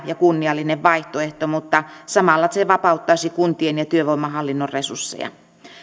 ja kunniallinen vaihtoehto mutta samalla se vapauttaisi kuntien ja työvoimahallinnon resursseja